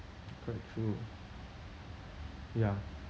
quite true ya